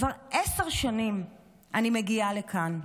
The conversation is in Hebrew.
כבר עשר שנים אני מגיעה לכאן,